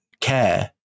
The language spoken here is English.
care